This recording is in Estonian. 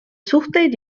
suhteid